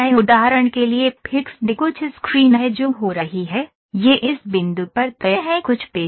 उदाहरण के लिए फिक्स्ड कुछ स्क्रीन है जो हो रही है यह इस बिंदु पर तय है कुछ पेंच है